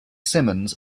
simmons